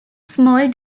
small